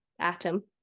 atom